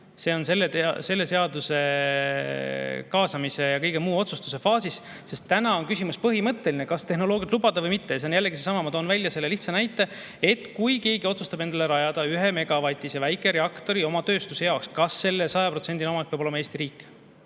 See on selle seaduse kaasamise ja kõige muu otsustuse faasis, sest täna on küsimus põhimõtteline: kas tehnoloogiat lubada või mitte. See on jällegi seesama, ma toon välja selle lihtsa näite, et kui keegi otsustab endale rajada 1‑megavatise väikereaktori oma tööstuse jaoks, kas selle 100%‑ne omanik peab olema Eesti riik?